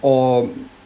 or